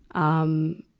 um,